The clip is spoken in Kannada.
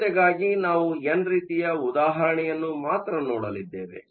ಸರಳತೆಗಾಗಿ ನಾವು ಎನ್ ರೀತಿಯ ಉದಾಹರಣೆಯನ್ನು ಮಾತ್ರ ನೋಡಲಿದ್ದೇವೆ